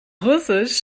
russisch